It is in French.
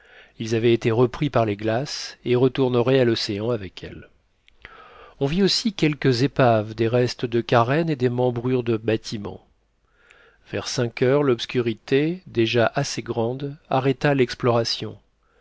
ils avaient été repris par les glaces et retourneraient à l'océan avec elles on vit aussi quelques épaves des restes de carènes et des membrures de bâtiments vers cinq heures l'obscurité déjà assez grande arrêta l'exploration